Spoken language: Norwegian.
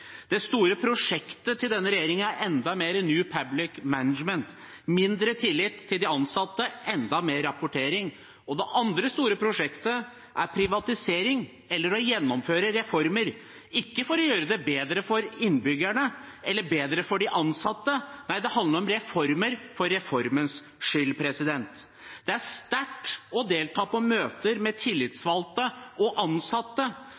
ene store prosjektet til denne regjeringen er enda mer New Public Management, mindre tillit til de ansatte, enda mer rapportering. Det andre store prosjektet er privatisering eller å gjennomføre reformer – ikke for å gjøre det bedre for innbyggerne eller bedre for de ansatte. Nei, det handler om reformer for reformens skyld. Det er sterkt å delta på møter med tillitsvalgte og ansatte